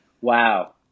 Wow